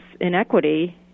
inequity